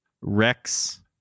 Rex